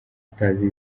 utazi